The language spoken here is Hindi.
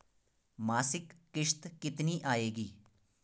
मासिक किश्त कितनी आएगी?